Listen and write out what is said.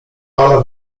ala